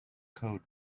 coat